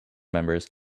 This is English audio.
members